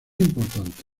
importante